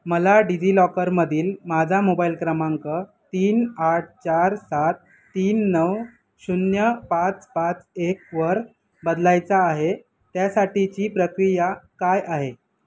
मला डिजिलॉकरमधील माझा मोबाईल क्रमांक तीन आठ चार सात तीन नऊ शून्य पाच पाच एकवर बदलायचा आहे त्यासाठीची प्रक्रिया काय आहे